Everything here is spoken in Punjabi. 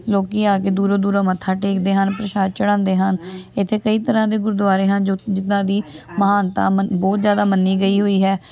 ਲੋਕ ਆ ਕੇ ਦੂਰੋਂ ਦੂਰੋਂ ਮੱਥਾ ਟੇਕਦੇ ਹਨ ਪ੍ਰਸ਼ਾਦ ਚੜ੍ਹਾਉਂਦੇ ਹਨ ਇੱਥੇ ਕਈ ਤਰ੍ਹਾਂ ਦੇ ਗੁਰਦੁਆਰੇ ਹਨ ਜੋ ਜਿੱਦਾਂ ਦੀ ਮਹਾਨਤਾ ਬਹੁਤ ਜ਼ਿਆਦਾ ਮੰਨੀ ਗਈ ਹੋਈ ਹੈ